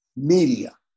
media